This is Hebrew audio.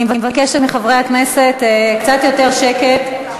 אני מבקשת מחברי הכנסת קצת יותר שקט.